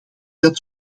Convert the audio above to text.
dat